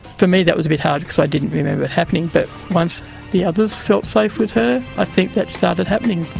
for me that was a bit hard because i didn't remember it happening, but once the others felt safe with her i think that started happening.